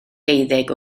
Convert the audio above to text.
deuddeg